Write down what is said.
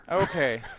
Okay